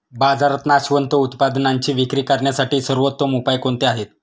बाजारात नाशवंत उत्पादनांची विक्री करण्यासाठी सर्वोत्तम उपाय कोणते आहेत?